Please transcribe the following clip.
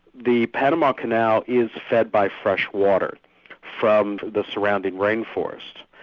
the panama canal is fed by fresh water from the surrounding rainforest,